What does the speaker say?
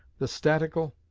the statical,